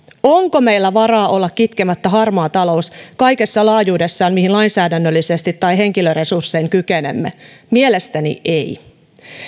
onko meillä varaa olla kitkemättä harmaata ta loutta kaikessa siinä laajuudessa mihin lainsäädännöllisesti tai henkilöresurssein kykenemme mielestäni ei